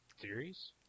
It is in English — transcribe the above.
theories